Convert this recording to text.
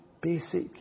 basic